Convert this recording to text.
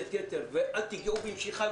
מוטיבציית יתר, ו"אל תגעו במשיחי".